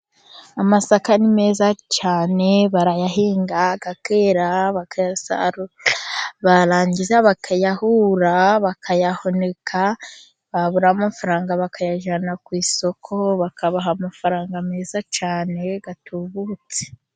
Amasaka ni meza cyane, barayahinga agakera, bakayasarura barangiza bakayahura, bakayahunika, baburamo amafaranga bakayajyana ku isoko, bakabaha amafaranga meza cyane atubutse.